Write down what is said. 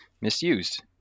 misused